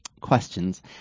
questions